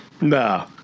No